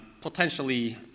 potentially